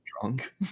drunk